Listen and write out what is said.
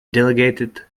delegated